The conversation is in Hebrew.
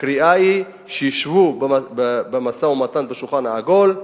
הקריאה היא שישבו למשא-ומתן סביב השולחן העגול,